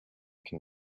can